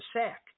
sack